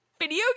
Video